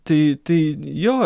tai tai jo